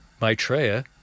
Maitreya